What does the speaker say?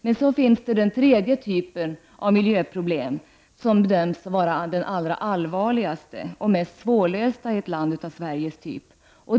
Men det finns en tredje typ av miljöproblem, som bedöms vara allra allvarligast och mest svårlöst i ett land som Sverige.